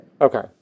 Okay